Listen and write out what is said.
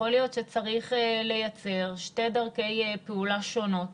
יכול להיות שצריך לייצר שתי דרכי פעולה שונות